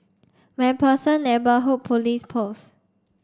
MacPherson Neighbourhood Police Post